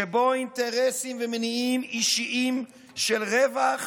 שבו אינטרסים ומניעים אישיים של רווח